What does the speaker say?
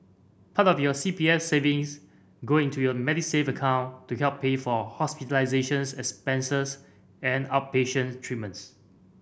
part of your C P F savings go into your Medisave account to help pay for hospitalization expenses and outpatient treatments